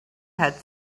had